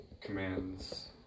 commands